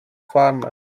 farmer